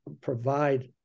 provide